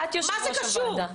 את יו"ר הוועדה.